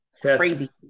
crazy